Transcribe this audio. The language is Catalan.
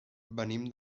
venim